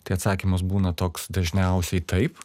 tai atsakymas būna toks dažniausiai taip